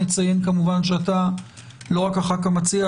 אנחנו נציין כמובן שאתה לא רק הח"כ המציע,